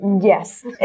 yes